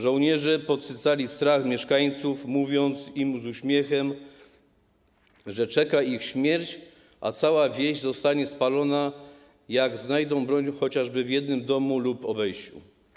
Żołnierze podsycali strach mieszkańców, mówiąc im z uśmiechem, że czeka ich śmierć, a cała wieś zostanie spalona, jak znajdą broń chociażby w jednym domu lub obejściu.